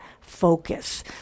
focus